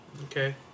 Okay